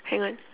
hang on